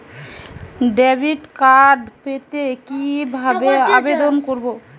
Debit card পেতে কি ভাবে আবেদন করব?